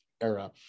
era